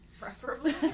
Preferably